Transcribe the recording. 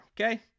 Okay